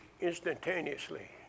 instantaneously